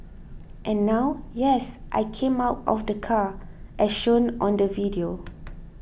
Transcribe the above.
and now yes I came out of the car as shown on the video